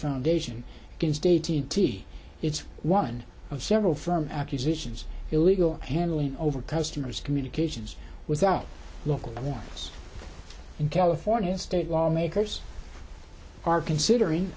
foundation against eighteen t it's one of several from acquisitions illegal handling over customers communications without local us in california state lawmakers are considering